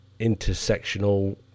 intersectional